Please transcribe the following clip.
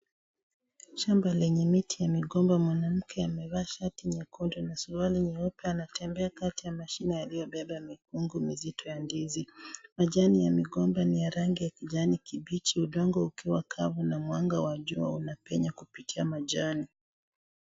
Shamba lenye miti ya migomba, mwanamke amevaa shati nyekundu na suruali nyeupe anatembea amebeba mikunga mizito ya ndizi, majani ya migomba ni ya rangi ya kijani kibichi, udongo ukiwa kavu na mwanga wa jua unapenya kupitia majani.